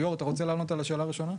ליאור אתה רוצה לענות על השאלה הראשונה?